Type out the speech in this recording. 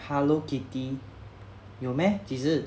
hello kitty 有咩几时